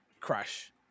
crash